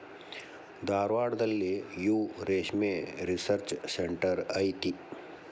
ಧಾರವಾಡದಲ್ಲಿಯೂ ರೇಶ್ಮೆ research centre ಐತಿ